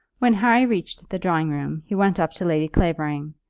when harry reached the drawing-room he went up to lady clavering,